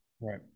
Right